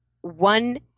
one